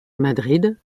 madrid